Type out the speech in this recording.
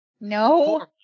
No